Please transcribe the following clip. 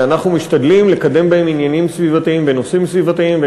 ואנחנו משתדלים לקדם בהם עניינים סביבתיים בנושאים סביבתיים.